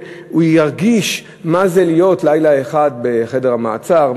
ירגיש מה זה להיות לילה אחד בחדר המעצר.